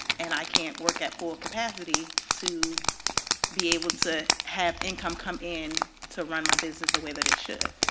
and i cannot work at full capacity to be able to have income come in to run my business the way that it should.